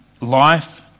life